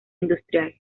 industrial